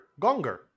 Gonger